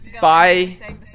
bye